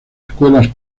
escuelas